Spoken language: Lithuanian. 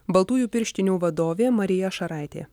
baltųjų pirštinių vadovė marija šaraitė